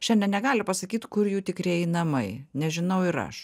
šiandien negali pasakyt kur jų tikrieji namai nežinau ir aš